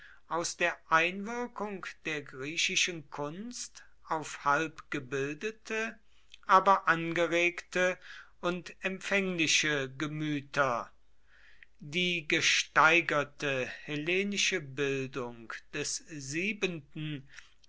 aus der einwirkung der griechischen kunst auf halb gebildete aber angeregte und empfängliche gemüter die gesteigerte hellenische bildung des siebenten